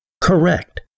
Correct